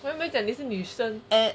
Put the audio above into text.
我又没有讲你是女生